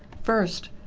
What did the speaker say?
first,